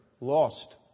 lost